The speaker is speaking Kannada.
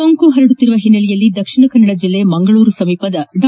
ಸೋಂಕು ಪರಡುತ್ತಿರುವ ಹಿನ್ನೆಲೆಯಲ್ಲಿ ದಕ್ಷಿಣ ಕನ್ನಡ ಜಿಲ್ಲೆ ಮಂಗಳೂರು ಸಮೀಪದ ಡಾ